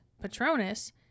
Patronus